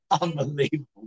Unbelievable